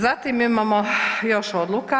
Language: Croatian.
Zatim imamo još odluka.